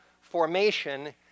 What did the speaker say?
formation